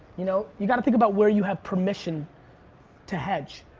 you know, you gotta think about where you have permission to hedge.